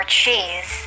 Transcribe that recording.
cheese